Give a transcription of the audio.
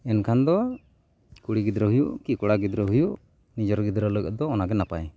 ᱮᱱᱠᱷᱟᱱ ᱫᱚ ᱠᱩᱲᱤ ᱜᱤᱫᱽᱨᱟᱹ ᱦᱩᱭᱩᱜ ᱠᱤ ᱠᱚᱲᱟ ᱜᱤᱫᱽᱨᱟᱹ ᱦᱩᱭᱩᱜ ᱱᱤᱡᱮᱨ ᱜᱤᱫᱽᱨᱟᱹ ᱞᱟᱹᱜᱤᱫ ᱫᱚ ᱚᱱᱟᱜᱮ ᱱᱟᱯᱟᱭ